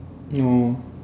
oh